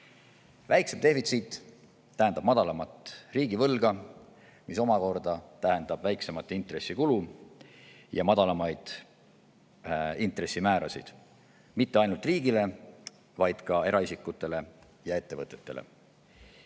Väiksem defitsiit tähendab madalamat riigivõlga, mis omakorda tähendab väiksemat intressikulu ja madalamaid intressimäärasid mitte ainult riigile, vaid ka eraisikutele ja ettevõtetele.